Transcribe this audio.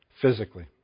physically